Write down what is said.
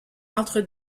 entre